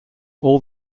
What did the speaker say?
all